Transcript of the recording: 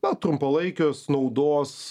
na trumpalaikės naudos